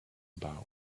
bar